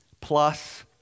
plus